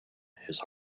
his